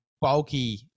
bulky